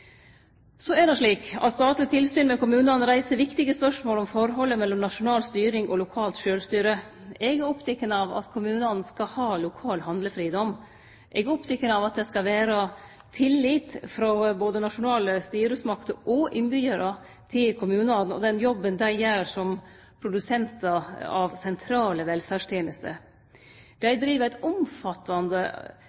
Så er det slik at statleg tilsyn med kommunane reiser viktige spørsmål om forholdet mellom nasjonal styring og lokalt sjølvstyre. Eg er oppteken av at kommunane skal ha lokal handlefridom. Eg er oppteken av at det skal vere tillit frå både nasjonale styresmakter og innbyggjarar til kommunane og den jobben dei gjer som produsentar av sentrale velferdstenester. Dei